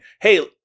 hey